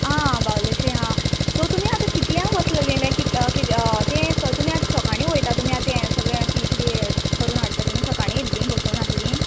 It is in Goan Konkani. आं आं बावलेशें सो आतां तुमी कितल्यांक बसलेली लायक कित्या तुमी आतां सोकाणी वोयता तुमी आतां हें सोगळें फिश बीन करून हाडटो तुमी सोकाळी येल्ली बसून आसली